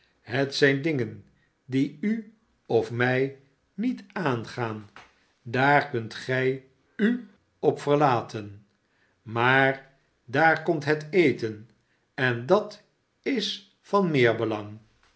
het zijn dingen die u of mij niet aangaan daar kunt gij u op verlaten maar daar komt het eten en dat is van meer belang